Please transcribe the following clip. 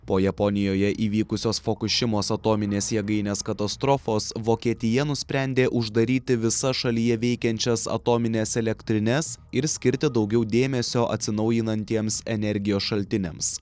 po japonijoje įvykusios fukušimos atominės jėgainės katastrofos vokietija nusprendė uždaryti visas šalyje veikiančias atomines elektrines ir skirti daugiau dėmesio atsinaujinantiems energijos šaltiniams